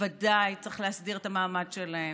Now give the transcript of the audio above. בוודאי צריך להסדיר את המעמד שלהם.